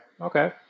Okay